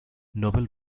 nobel